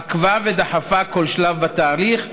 עקבה ודחפה כל שלב בתהליך,